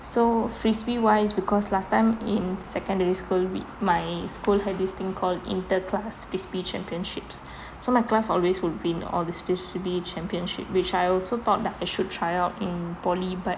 so frisbee wise because last time in secondary school we my school had this thing called inter class frisbee championships so my class always would win all these frisbee championships which I also thought that I should try out in poly but